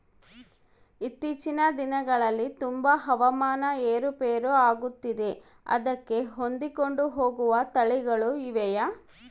ಇತ್ತೇಚಿನ ದಿನಗಳಲ್ಲಿ ತುಂಬಾ ಹವಾಮಾನ ಏರು ಪೇರು ಆಗುತ್ತಿದೆ ಅದಕ್ಕೆ ಹೊಂದಿಕೊಂಡು ಹೋಗುವ ತಳಿಗಳು ಇವೆಯಾ?